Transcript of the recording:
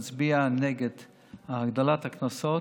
אנחנו נצביע נגד הגדלת הקנסות.